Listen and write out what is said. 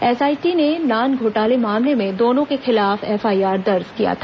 SIT ने नान घोटाले मामले में दोनों के खिलाफ एफआईआर दर्ज किया था